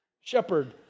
shepherd